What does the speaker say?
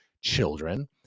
children